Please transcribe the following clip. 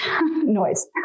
noise